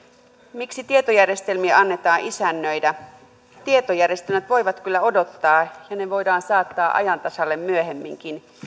miksi tietojärjestelmien annetaan isännöidä tietojärjestelmät voivat kyllä odottaa ja ne voidaan saattaa ajan tasalle myöhemminkin